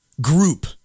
group